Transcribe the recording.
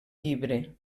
llibre